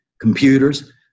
computers